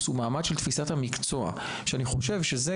מל"ג תצטרך לדון במודל, בתכנית.